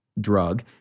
drug